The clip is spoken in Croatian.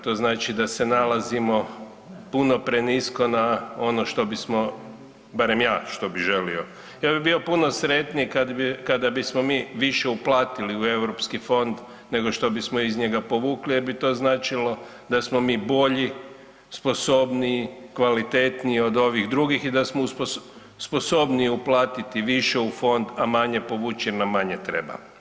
To znači da se nalazimo puno prenisko na ono što bismo, barem ja što bi želio, ja bi bio puno sretniji kad bi, kada bismo mi više uplatili u Europski fond nego što bismo iz njega povukli jer bi to značilo da smo mi bolji, sposobniji, kvalitetniji od ovih drugih i da smo sposobniji uplatiti više u fond, a manje povući jer nam manje treba.